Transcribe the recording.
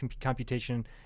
computation